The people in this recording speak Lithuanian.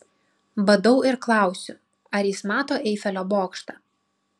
badau ir klausiu ar jis mato eifelio bokštą